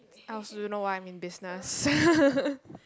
I also don't know why I'm in business